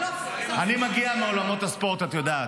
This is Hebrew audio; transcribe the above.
אני מגיע מעולמות הספורט, את יודעת.